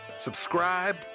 subscribe